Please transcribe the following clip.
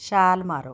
ਛਾਲ ਮਾਰੋ